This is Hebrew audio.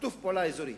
שיתוף פעולה אזורי.